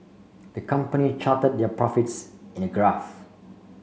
the company charted their profits in a graph